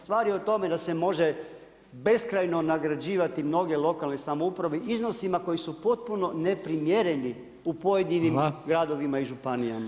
Stvar je u tome da se može beskrajno nagrađivati mnoge lokalne samouprave iznosima koji su potpuno neprimjereni u pojedinim gradovima i županijama.